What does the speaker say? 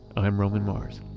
i am roman mars